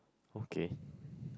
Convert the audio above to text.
okay